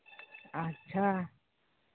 ᱟᱪᱪᱷᱟ